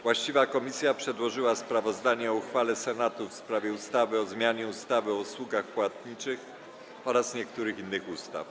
Właściwa komisja przedłożyła sprawozdanie o uchwale Senatu w sprawie ustawy o zmianie ustawy o usługach płatniczych oraz niektórych innych ustaw.